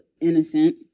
innocent